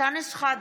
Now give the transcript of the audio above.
אנטאנס שחאדה,